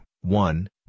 one